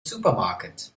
supermarket